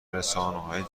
رسانههای